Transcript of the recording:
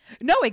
No